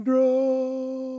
Draw